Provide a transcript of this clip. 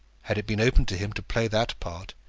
had it been open to him to play that part,